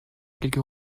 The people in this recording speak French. quelques